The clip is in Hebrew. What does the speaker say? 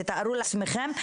תתארו לעצמכם,